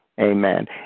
Amen